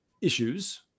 issues